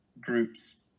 groups